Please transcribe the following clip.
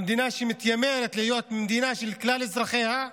במדינה שמתיימרת להיות מדינה של כלל אזרחיה,